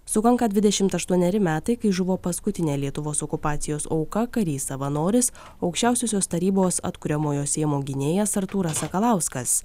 sukanka dvidešimt aštuoneri metai kai žuvo paskutinė lietuvos okupacijos auka karys savanoris aukščiausiosios tarybos atkuriamojo seimo gynėjas artūras sakalauskas